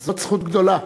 זאת זכות גדולה,